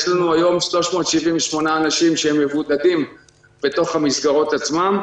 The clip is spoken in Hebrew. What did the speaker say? יש לנו היום 378 אנשים שמבודדים בתוך המסגרות עצמן.